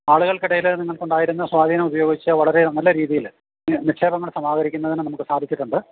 ആളുകൾക്കിടയിൽ നിങ്ങൾക്കുണ്ടായിരുന്ന സ്വാധീനം ഉപയോഗിച്ച് വളരെ നല്ല രീതിയിൽ നിക്ഷേപങ്ങൾ സമാഹരിക്കുന്നതിന് നമുക്ക് സാധിച്ചിട്ടുണ്ട്